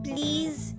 Please